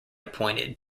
appointed